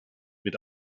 mit